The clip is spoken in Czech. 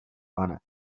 pane